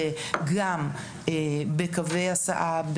גם בקווי הסעה,